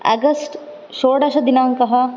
August षोडशदिनाङ्कः